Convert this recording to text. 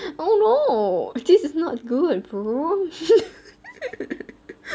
oh no this is not good bro